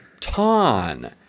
ton